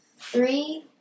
Three